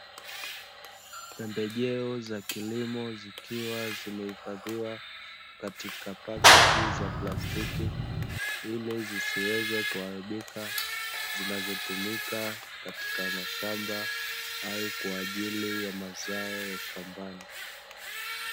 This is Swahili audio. Pembejeo za kilimo zikiwa zimehifadhiwa katika paketi za plastiki ili zisiweze kuaribika, zinazotumika katika mashamba au kwa ajili ya mazao ya shambani.